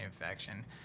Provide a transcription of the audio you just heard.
infection